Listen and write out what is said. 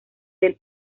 del